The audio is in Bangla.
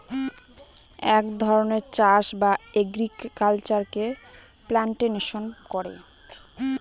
এক ধরনের চাষ বা এগ্রিকালচারে প্লান্টেশন করে